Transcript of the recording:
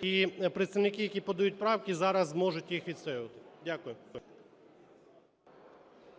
І представники, які подають правки, зараз зможуть їх відстоювати. Дякую. ГОЛОВУЮЧИЙ.